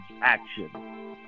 action